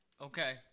Okay